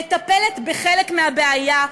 מטפלת בחלק מהבעיה,